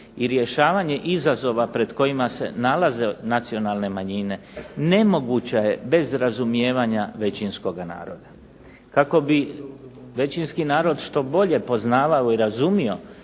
i rješavanje izazova pred kojima se nalaze nacionalne manjine nemoguća je bez razumijevanja većinskoga naroda. Kako bi većinski narod što bolje poznavao i razumio